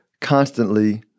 constantly